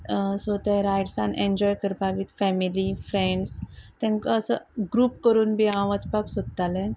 so ते रायड्सान enjoy करपाक बी फॅमिली फ्रेंड्स तांकां असो ग्रुप करून बी हांव वचपाक सोदतालें